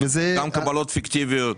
גם קבלות פיקטיביות.